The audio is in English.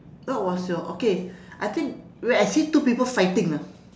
what was your okay I think wait I see two people fighting ah